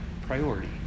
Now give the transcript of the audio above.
priority